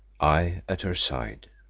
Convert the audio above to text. i at her side.